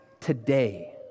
today